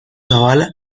zabala